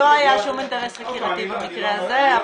לא היה שום אינטרס חקירתי במקרה הזה.